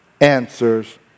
answers